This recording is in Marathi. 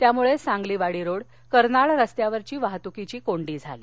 त्यामुळे सांगलीवाडी रोड कर्नाळ रस्त्यावर वाहतुकीची कोंडी झाली